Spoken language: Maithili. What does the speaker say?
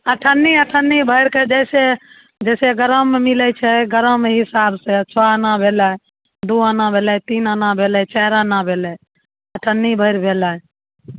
अठन्नी अठन्नी भैरिके जैसे जैसे ग्राममे मिलै छै ग्राममे हिसाब से छओ आना भेलै दू आना भेलै तीन आना भेलै चारि आना भेलै अठन्नी भैरि भेलै